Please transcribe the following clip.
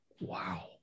wow